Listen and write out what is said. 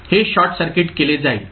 हे short circuit केले जाईल